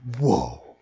whoa